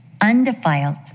undefiled